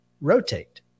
rotate